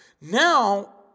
Now